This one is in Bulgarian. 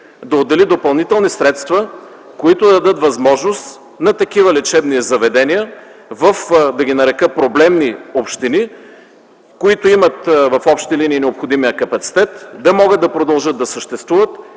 да отдели допълнителни средства, които да дадат възможност на такива лечебни заведения, в, да ги нарека, проблемни общини, които имат в общи линии необходимия капацитет, да могат да продължат да съществуват